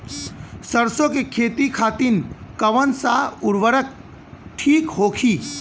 सरसो के खेती खातीन कवन सा उर्वरक थिक होखी?